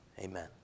Amen